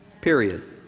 period